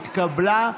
התקבלה,